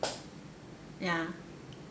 ya